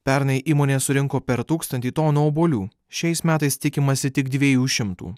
pernai įmonė surinko per tūkstantį tonų obuolių šiais metais tikimasi tik dviejų šimtų